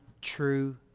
true